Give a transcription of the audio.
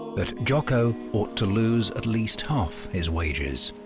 that jaco ought to lose at least half his wages